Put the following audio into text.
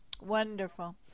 Wonderful